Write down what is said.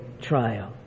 trial